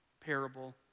parable